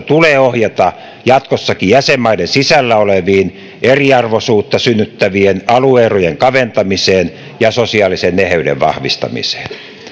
tulee ohjata jatkossakin jäsenmaiden sisällä olevien eriarvoisuutta synnyttävien alue erojen kaventamiseen ja sosiaalisen eheyden vahvistamiseen